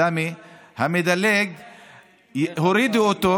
סמי, הורידו אותו.